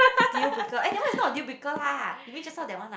duplicate eh that one is not a duplicate lah you mean just now that one ah